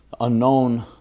unknown